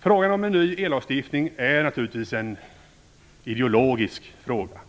Frågan om en ny ellagstiftning är naturligtvis en ideologisk fråga.